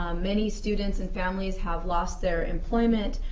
many students and families have lost their employment,